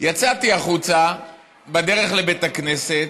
יצאתי החוצה בדרך לבית הכנסת,